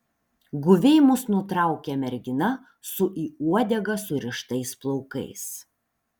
guviai mus nutraukia mergina su į uodegą surištais plaukais